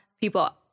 people